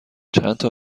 چندتا